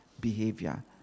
behavior